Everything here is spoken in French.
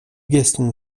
gaston